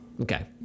Okay